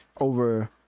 over